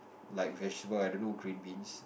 like vegetable I don't know green beans